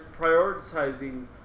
prioritizing